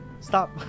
stop